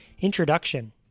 Introduction